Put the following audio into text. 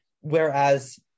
whereas